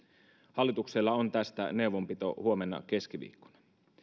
hallituksella on tästä neuvonpito huomenna keskiviikkona